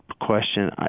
question